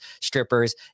strippers